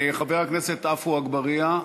חבר הכנסת עפו אגבאריה,